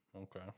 Okay